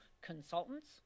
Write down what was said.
consultants